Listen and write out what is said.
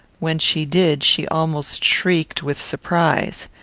when she did she almost shrieked with surprise.